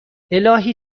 الهی